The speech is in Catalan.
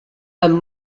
amb